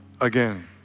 again